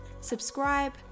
Subscribe